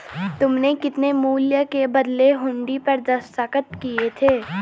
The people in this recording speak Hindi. तुमने कितने मूल्य के बदले हुंडी पर दस्तखत किए थे?